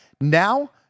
Now